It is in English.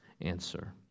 answer